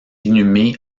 inhumé